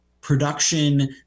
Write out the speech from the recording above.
production